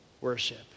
worship